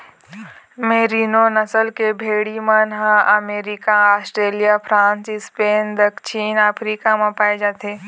मेरिनों नसल के भेड़ी मन ह अमरिका, आस्ट्रेलिया, फ्रांस, स्पेन, दक्छिन अफ्रीका म पाए जाथे